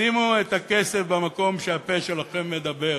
שימו את הכסף במקום שהפה שלכם מדבר.